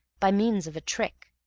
by means of a trick,